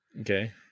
Okay